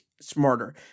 smarter